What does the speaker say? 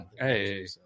Hey